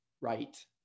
right